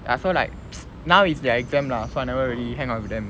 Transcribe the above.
ya so like now is their exam lah so I never really hang out with them